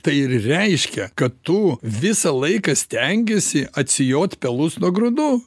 tai ir reiškia kad tu visą laiką stengiesi atsijot pelus nuo grūdų